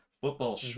Football